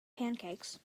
pancakes